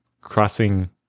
crossing